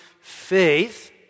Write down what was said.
faith